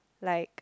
like